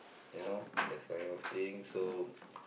you know that kind of thing so